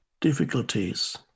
difficulties